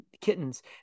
kittens